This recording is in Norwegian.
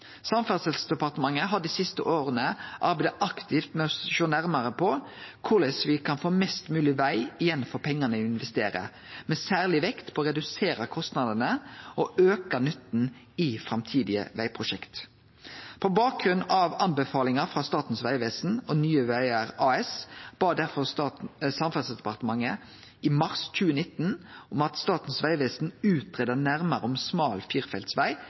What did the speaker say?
Samferdselsdepartementet har dei siste åra arbeidd aktivt med å sjå nærare på korleis me kan få mest mogleg veg igjen for pengane me investerer, med særleg vekt på å redusere kostnadene og auka nytten i framtidige vegprosjekt. På bakgrunn av anbefalingar frå Statens vegvesen og Nye Vegar AS bad derfor Samferdselsdepartementet i mars 2019 Statens vegvesen om å greia ut nærare om smal